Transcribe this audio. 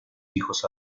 hijos